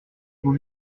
beau